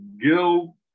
Gil